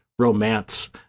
romance